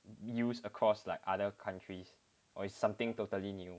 use across like other countries or is something totally new